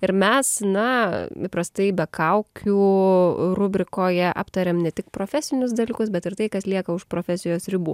ir mes na įprastai be kaukių rubrikoje aptariam ne tik profesinius dalykus bet ir tai kas lieka už profesijos ribų